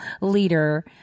leader